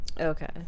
Okay